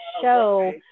show